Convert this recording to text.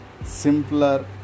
simpler